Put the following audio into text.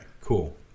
cool